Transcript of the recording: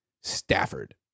Stafford